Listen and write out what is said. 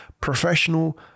professional